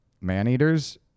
man-eaters